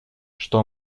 что